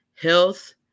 health